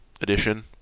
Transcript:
edition